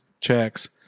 checks